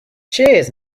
cheers